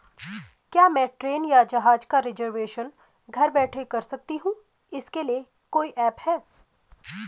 क्या मैं ट्रेन या जहाज़ का रिजर्वेशन घर बैठे कर सकती हूँ इसके लिए कोई ऐप है?